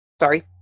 sorry